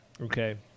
okay